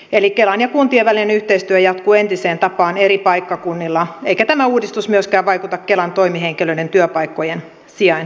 eli kelan ja kuntien välinen yhteistyö jatkuu entiseen tapaan eri paikkakunnilla eikä tämä uudistus myöskään vaikuta kelan toimihenkilöiden työpaikkojen sijaintiin